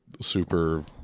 super